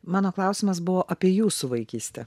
mano klausimas buvo apie jūsų vaikystę